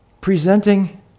presenting